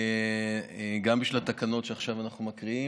גם בשביל התקנות שאנחנו עכשיו מקריאים